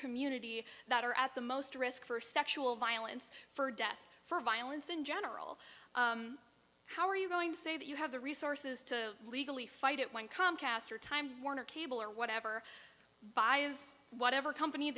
community that are at the most risk for sexual violence for death for violence in general how are you going to say that you have the resources to legally fight it when comcast or time warner cable or whatever buys whatever company